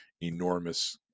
enormous